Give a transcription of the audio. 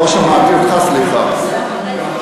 לא שמעתי אותך, סליחה.